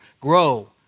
grow